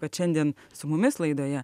kad šiandien su mumis laidoje